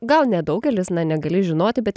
gal ne daugelis na negali žinoti bet